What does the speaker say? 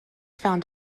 found